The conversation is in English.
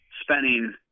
spending